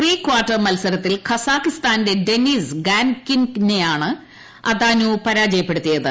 pre quarter മത്സരത്തിൽ കസാഖ്സ്ഥാന്റെ Denis ഗാൻകിൻനെയാണ് അതാനു പരാജയപ്പെടുത്തിയത്